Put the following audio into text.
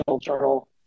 Journal